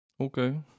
Okay